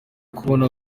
kubona